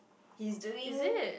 he's doing